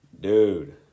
Dude